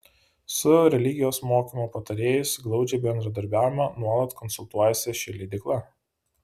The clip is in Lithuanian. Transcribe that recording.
su religijos mokymo patarėjais glaudžiai bendradarbiauja nuolat konsultuojasi ši leidykla